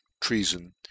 treason